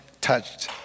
touched